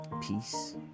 Peace